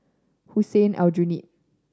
Hussein Aljunied